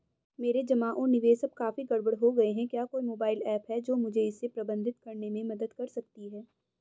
मेरे जमा और निवेश अब काफी गड़बड़ हो गए हैं क्या कोई मोबाइल ऐप है जो मुझे इसे प्रबंधित करने में मदद कर सकती है?